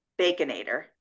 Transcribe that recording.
Baconator